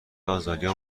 آزالیا